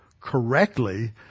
correctly